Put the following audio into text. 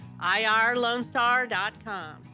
IRLoneStar.com